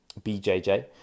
BJJ